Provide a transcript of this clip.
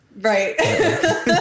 Right